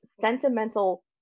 sentimental